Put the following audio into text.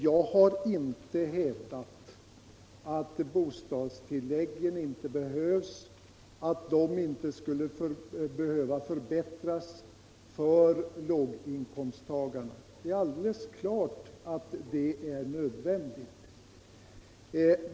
Jag har inte hävdat att bostadstilläggen inte behöver förbättras för låg inkomsttagarna. Det är alldeles klart att det är nödvändigt.